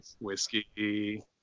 whiskey